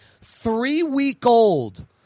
three-week-old